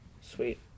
Sweet